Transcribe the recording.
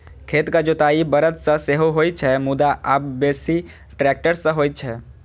खेतक जोताइ बरद सं सेहो होइ छै, मुदा आब बेसी ट्रैक्टर सं होइ छै